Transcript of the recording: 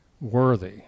worthy